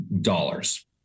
dollars